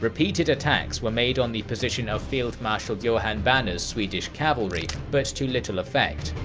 repeated attacks were made on the position of field marshal johan baner's swedish cavalry, but to little effect.